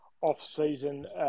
off-season